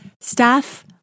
staff